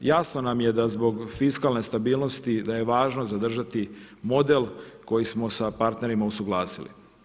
Jasno nam je da zbog fiskalne stabilnosti, da je važno zadržati model koji smo sa partnerima usuglasili.